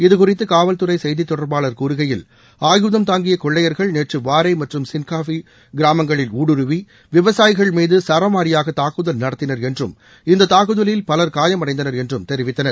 இது குறித்து காவல்துறை செய்தித் தொடர்பாளர் கூறுகையில் ஆயுதம் தாங்கிய கொள்ளையர்கள் நேற்று வாரே மற்றும் சின்காபி கிராமங்களில் ஊடுருவி விவசாயிகள் மீது சரமாரியாக தாக்குதல் நடத்தினர் என்றும் இந்த தாக்குதலில் பலர் காயமடைந்தனர் என்றும் தெரிவித்தார்